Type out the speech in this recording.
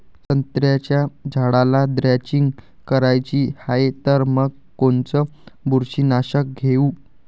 संत्र्याच्या झाडाला द्रेंचींग करायची हाये तर मग कोनच बुरशीनाशक घेऊ?